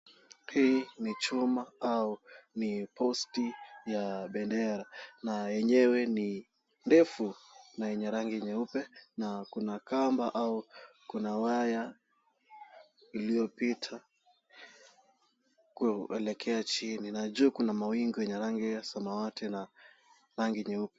Hii ni chuma au ni posti ya bendera na yenyewe ni ndefu na yenye rangi nyeupe na kuna kamba au kuna waya iliyopita kuelekea chini na juu kuna mawingu yenye rangi ya samawati na rangi nyeupe.